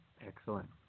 Excellent